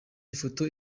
ifoto